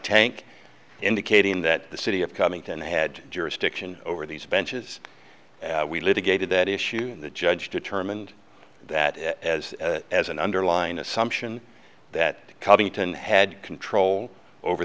tank indicating that the city of coming to end had jurisdiction over these benches and we litigated that issue and the judge determined that as as an underlying assumption that covington had control over